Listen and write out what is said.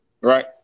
right